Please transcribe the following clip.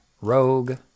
Rogue